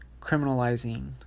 criminalizing